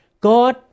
God